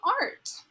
art